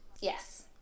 Yes